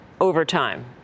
overtime